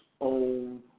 own